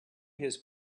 his